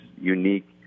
unique